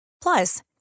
Plus